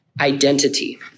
identity